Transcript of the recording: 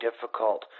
difficult